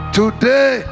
today